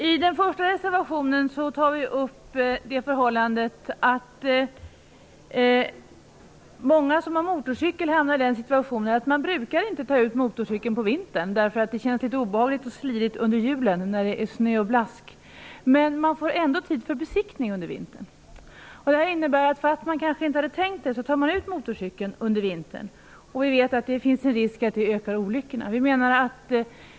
I den första reservationen tar vi upp det förhållandet att många som har motorcykel och inte vill ta ut den på vintern, därför att det känns obehagligt och slirigt under hjulen när det är snö och blask, får tid för besiktning under vintern. Det innebär att man måste ta ut motorcykeln trots att man inte hade tänkt göra det. Vi vet att det då finns en risk för att antalet olyckor skall öka.